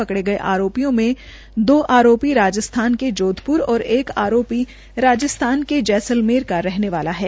पकड़े गए आरोपियों में दो आरोपी राजस्थान के जोधप्र और एक आरोपी राजस्थान के जैसलमेर का रहने वाला है